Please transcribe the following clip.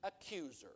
accuser